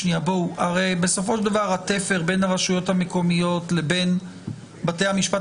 בסופו של דבר התפר בין הרשויות המקומיות לבין בתי המשפט